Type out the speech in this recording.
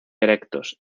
erectos